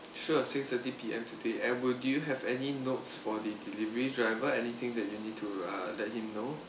sure six thirty P_M today and will do you have any notes for the delivery driver anything that you need to uh let him know